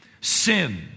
sin